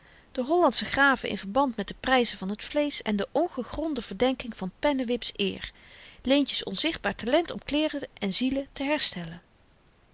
de hollandsche graven in verband met de pryzen van t vleesch en de ongegronde verdenking van pennewip's eer leentje's onzichtbaar talent om kleeren en zielen te herstellen